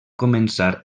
començar